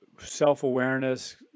self-awareness